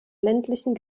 ländlichen